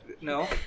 No